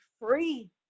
free